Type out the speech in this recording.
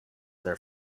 their